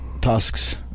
tusks